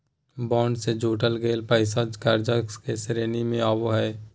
bond से जुटाल गेल पैसा कर्ज के श्रेणी में आवो हइ